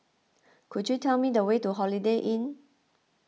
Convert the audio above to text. could you tell me the way to Holiday Inn